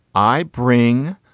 i bring.